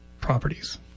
properties